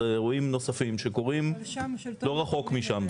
זה אירועים נוספים שקורים לא רחוק משם.